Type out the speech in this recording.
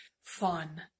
fun